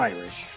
Irish